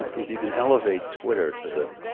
if you can elevate twitter to the,